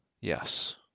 Yes